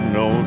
no